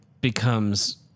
becomes